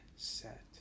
set